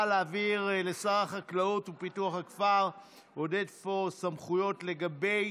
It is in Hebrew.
להעביר לשר החקלאות ופיתוח הכפר עודד פורר סמכויות לגבי